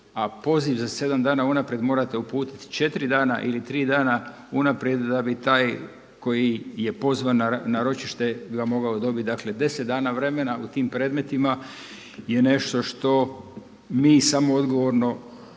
poziv za 7 dana unaprijed morate uputiti 4 dana ili 3 dana unaprijed da bi taj koji je pozvan na ročište ga mogao dobiti, dakle 10 dana vremena u tim predmetima je nešto što mi samoodgovorno